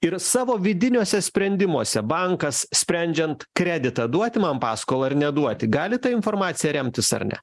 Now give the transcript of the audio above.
ir savo vidiniuose sprendimuose bankas sprendžiant kreditą duoti man paskolą ar neduoti gali ta informacija remtis ar ne